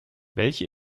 welche